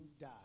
die